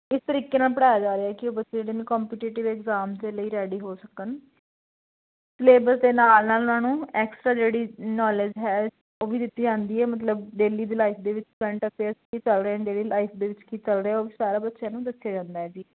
ਇਸ ਤਰੀਕੇ ਨਾਲ ਪੜ੍ਹਾਇਆ ਜਾ ਰਿਹਾ ਕਿ ਉਹ ਬੱਚੇ ਜਿਹੜੇ ਨੇ ਕੰਪਟੀਟਿਵ ਇਗਜ਼ਾਮਜ਼ ਦੇ ਲਈ ਰੈਡੀ ਹੋ ਸਕਣ ਸਿਲੇਬਸ ਦੇ ਨਾਲ ਨਾਲ ਉਹਨਾਂ ਨੂੰ ਐਕਸਟਰਾ ਜਿਹੜੀ ਨੋਲੇਜ ਹੈ ਉਹ ਵੀ ਦਿੱਤੀ ਜਾਂਦੀ ਹੈ ਮਤਲਬ ਡੇਲੀ ਦੀ ਲਾਈਫ ਦੇ ਵਿੱਚ ਕਰੰਟ ਅਫੇਅਰਸ ਕੀ ਚਲ ਰਹੇ ਡੇਲੀ ਲਾਈਫ ਦੇ ਵਿੱਚ ਕੀ ਚੱਲ ਰਿਹਾ ਉਹ ਵੀ ਸਾਰਾ ਬੱਚਿਆਂ ਨੂੰ ਦੱਸਿਆ ਜਾਂਦਾ ਜੀ